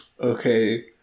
Okay